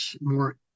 more